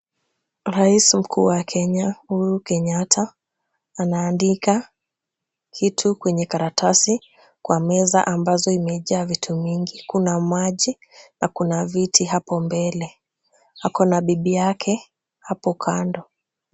Rais mkuu wa Kenya Uhuru Kenyatta, anaandika kitu kwenye karatasi kwa meza ambayo imejaa vitu vingi. Kuna maji na kuna vitu hapo mbele. Aki na bibi yake hapo kando.